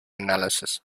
analysis